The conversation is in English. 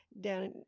down